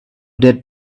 that